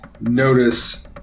notice